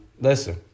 listen